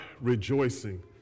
rejoicing